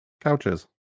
couches